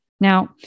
Now